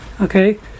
Okay